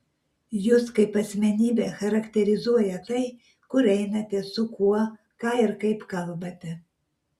jus kaip asmenybę charakterizuoja tai kur einate su kuo ką ir kaip kalbate